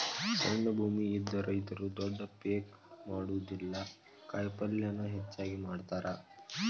ಸಣ್ಣ ಭೂಮಿ ಇದ್ದ ರೈತರು ದೊಡ್ಡ ಪೇಕ್ ಮಾಡುದಿಲ್ಲಾ ಕಾಯಪಲ್ಲೇನ ಹೆಚ್ಚಾಗಿ ಮಾಡತಾರ